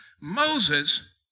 Moses